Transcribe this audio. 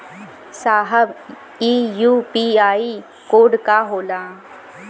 साहब इ UPI code का होला?